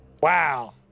Wow